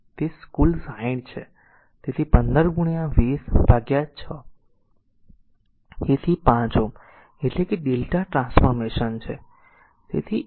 તેથી તે કુલ 60 છે તેથી 15 ગુણ્યા 20 બાય 6 જેથી 5 Ω એટલે કે lrmΔ ટ્રાન્સફોર્મેશન છે